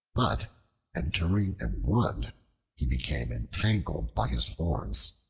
but entering a wood he became entangled by his horns,